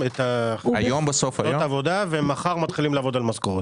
מחר מתחילים לעבוד על משכורת.